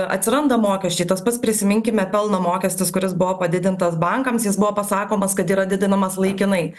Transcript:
atsiranda mokesčiai tas pats prisiminkime pelno mokestis kuris buvo padidintas bankams jis buvo pasakomas kad yra didinamas laikinai